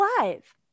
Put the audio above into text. alive